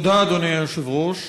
תודה, אדוני היושב-ראש.